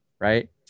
right